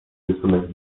rysunek